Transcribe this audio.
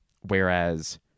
Whereas